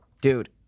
dude